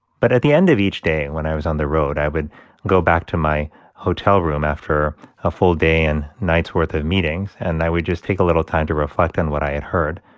but at the end of each day when i was on the road, i would go back to my hotel room after a full day and nights' worth of meetings and i would just take a little time to reflect on what i had heard.